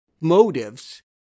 motives